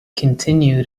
continued